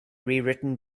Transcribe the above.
rewritten